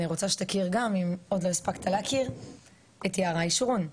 אני רוצה שתכיר גם אם עוד לא הספקת להכיר את יערה ישורון,